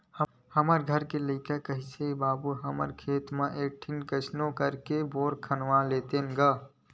हमर घर के लइका किहिस के बाबू हमर खेत म एक ठन कइसनो करके बोर करवा लेतेन गा